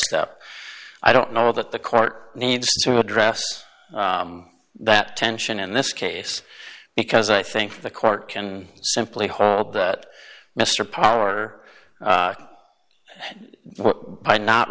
step i don't know that the court needs to address that tension in this case because i think the court can simply hope that mr power by not